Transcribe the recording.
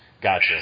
Gotcha